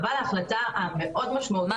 אבל ההחלטה המאוד משמעותית--- סליחה,